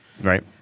right